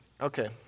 Okay